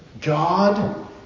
God